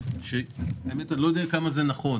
ואני לא יודע עד כמה הוא נכון: